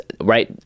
right